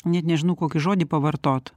net nežinau kokį žodį pavartot